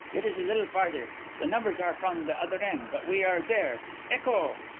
it is a little farther the numbers are from the other end. but we are there. ecco!